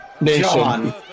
Nation